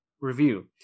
review